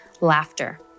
laughter